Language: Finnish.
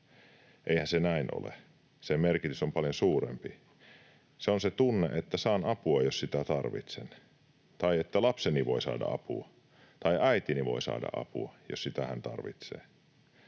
Eihän se näin ole. Sen merkitys on paljon suurempi. Se on se tunne, että saan apua, jos sitä tarvitsen, tai että lapseni voi saada apua. Tai äitini voi saada apua, jos hän sitä tarvitsee.